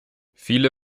viele